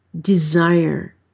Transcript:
desire